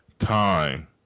time